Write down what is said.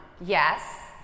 yes